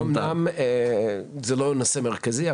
זה לא נושא מרכזי,